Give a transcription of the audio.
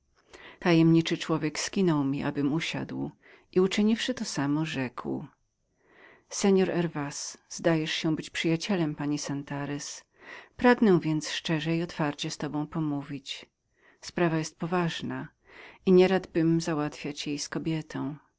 tajemniczy człowiek prosił mnie abym usiadł i uczyniwszy to samo rzekł seor zdajesz się być przyjacielem pani santarez pragnę więc szczerze i otwarcie z tobą pomówić sprawa jest ważną i nieradbym załatwiać jej z kobietą